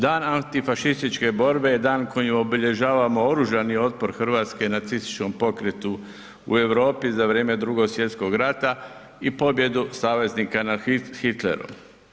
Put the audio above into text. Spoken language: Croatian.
Dan antifašističke borbe je dan kojim obilježavamo oružani otpor Hrvatske nacističkom pokretu u Europi za vrijeme Drugog svjetskog rata i pobjedu saveznika nad Hitlerom.